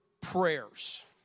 Prayers